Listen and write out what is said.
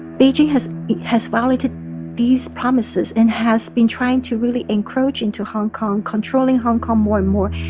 beijing has has violated these promises and has been trying to really encroach into hong kong, controlling hong kong more and more,